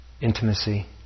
intimacy